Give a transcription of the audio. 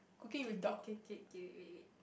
K K K K K wait wait